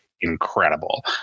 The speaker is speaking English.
incredible